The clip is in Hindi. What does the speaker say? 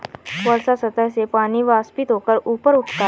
वर्षा सतह से पानी वाष्पित होकर ऊपर उठता है